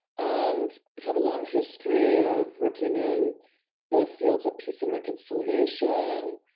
and have a long history of working in the fields of peace and reconciliation,